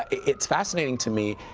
it's fascinating to me.